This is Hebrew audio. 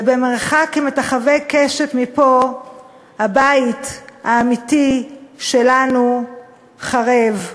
ובמרחק כמטחווי קשת מפה הבית האמיתי שלנו חרב,